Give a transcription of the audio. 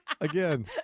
Again